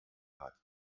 hat